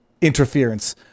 interference